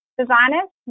designers